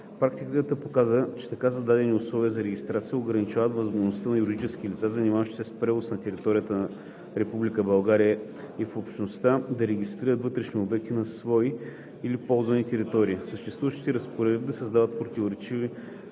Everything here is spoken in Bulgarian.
Практиката показва, че така зададени, условията за регистрация ограничават възможността на юридически лица, занимаващи се с превоз на територията на Република България и в Общността, да регистрират вътрешни обекти на свои или ползвани територии. Съществуващите разпоредби създават противоречива